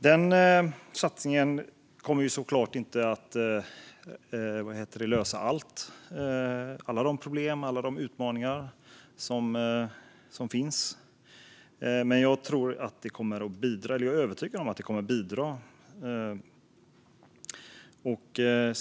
Den satsningen kommer såklart inte att lösa alla problem och utmaningar som finns. Men jag är övertygad om att den kommer att bidra.